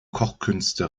kochkünste